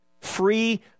free